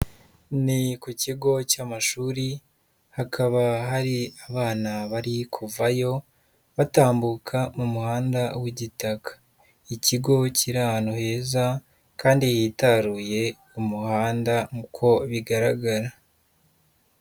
Ni ku kigo cy'amashuri hakaba hari abana bari kuvayo batambuka mu muhanda w'igitaka, ikigo kiri ahantu heza kandi hitaruye umuhanda uko bigaragara.